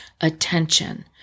attention